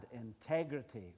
integrity